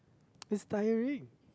it's tiring